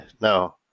No